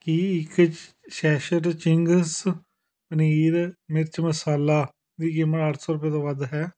ਕੀ ਇਕ sachet Ching's paneer ਮਿਰਚ ਮਸਾਲਾ ਦੀ ਕੀਮਤ ਅੱਠ ਸੌ ਰੁਪਏ ਤੋਂ ਵੱਧ ਹੈ